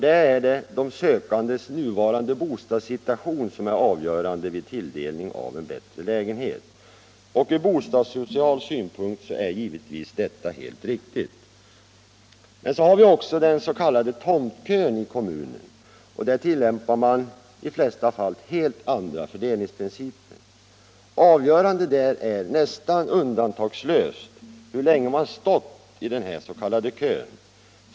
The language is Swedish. Där är de sökandes nuvarande bostadssituation avgörande vid tilldelning av bättre lägenhet. Ur bostadssocial synpunkt är detta givetvis helt riktigt. Men vi har också den s.k. tomtkön i kommunen. Där tilllämpar man i de flesta fall helt andra fördelningsprinciper. Avgörande där är nästan undantagslöst hur länge man har stått i den här s.k. kön.